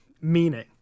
Meaning